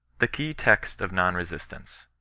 the kapsy text of non-resistance.